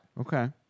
Okay